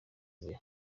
mbere